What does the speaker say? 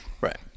Right